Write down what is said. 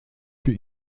für